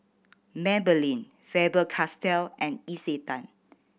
Maybelline Faber Castell and Isetan